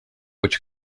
which